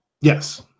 Yes